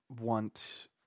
want